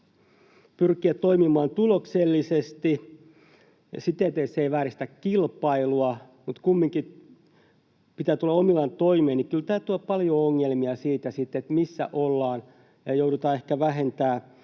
pyrkiä toimimaan tuloksellisesti siten, ettei se vääristä kilpailua mutta kumminkin pitää tulla omillaan toimeen, niin kyllä tämä tuo paljon ongelmia siinä, missä ollaan, joudutaanko ehkä vähentämään,